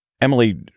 Emily